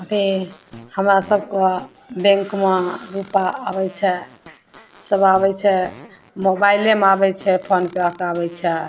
bank हमरा सभके बैँकमे रुपा आबै छै सब आबै छै मोबाइलेमे आबै छै फोन पे पर आबै छै